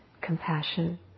compassion